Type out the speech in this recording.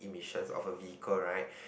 emissions of a vehicle right